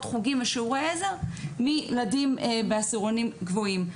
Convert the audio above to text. חוגים ושיעורי עזר מילדים בעשירונים גבוהים.